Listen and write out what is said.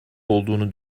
olduğunu